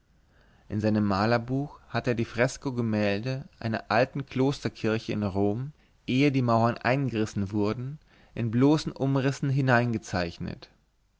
in sein malerbuch hatte er die fresko gemälde einer alten klosterkirche in rom ehe die mauern eingerissen wurden in bloßen umrissen hineingezeichnet